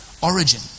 origin